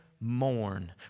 mourn